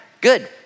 Good